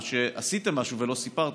או שעשיתם משהו ולא סיפרתם?